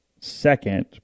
second